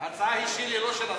ההצעה היא שלי, לא של השר.